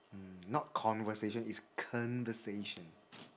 mm not conversation is conversation